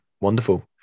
wonderful